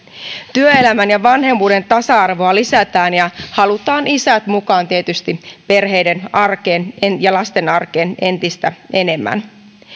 työelämän ja vanhemmuuden tasa arvoa lisätään ja halutaan isät mukaan tietysti perheiden arkeen ja lasten arkeen entistä enemmän